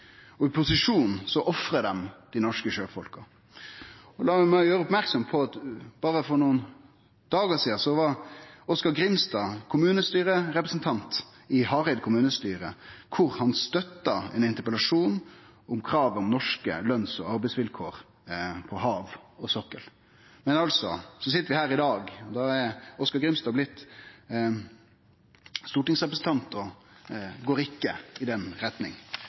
I posisjon ofrar dei dei norske sjøfolka. Lat meg gjere merksam på at for berre nokre dagar sidan var Oskar Grimstad kommunestyrerepresentant i Hareid kommunestyre, der han støtta ein interpellasjon om krav om norske løns- og arbeidsvilkår på havet og på sokkelen. Men så sit vi altså her i dag, og Oskar Grimstad er stortingsrepresentant og går ikkje i den